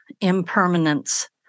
impermanence